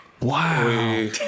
Wow